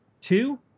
two